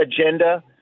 agenda